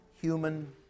human